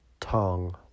Tongue